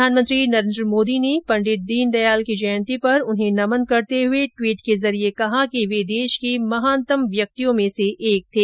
प्रधानमंत्री नरेन्द्र मोदी ने पंडित दीनदयाल जयंति पर उन्हें नमन करते हुए टवीट के जरिये कहा कि वे देश के महानतम व्यक्तियों में से एक थे